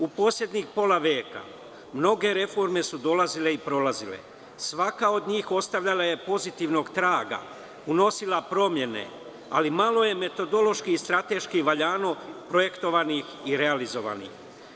U poslednjih pola veka, mnoge reforme su dolazile i prolazile, svaka od njih ostavljala je pozitivnog traga, unosila promene, ali malo je metodološkiH i strateški valjano, projektovanih i realizovanih.